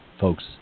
folks